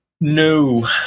No